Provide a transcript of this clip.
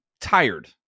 tired